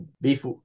beef